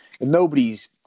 nobody's